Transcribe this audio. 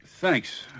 thanks